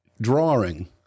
drawing